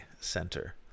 Center